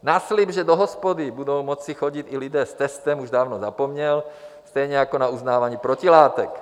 Na slib, že do hospody budou moci chodit i lidé s testem, už dávno zapomněl, stejně jako na uznávání protilátek.